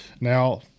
Now